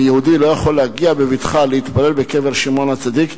ויהודי לא יכול להגיע בבטחה להתפלל בקבר שמעון הצדיק,